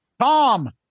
Tom